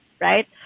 right